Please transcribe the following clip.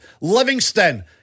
Livingston